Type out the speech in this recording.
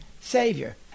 Savior